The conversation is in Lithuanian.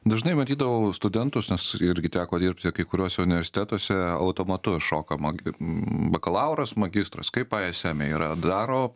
dažnai matydavau studentus nes irgi teko dirbti kai kuriuose universitetuose automatu šokama bakalauras magistras kaip aieseme yra daro